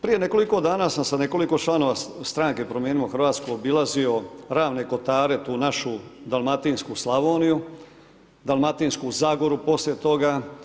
Prije nekoliko dana sam sa nekoliko članova stranke Promijenimo Hrvatsku obilazio Ravne Kotare, tu našu dalmatinsku Slavoniju, Dalmatinsku Zagoru poslije toga.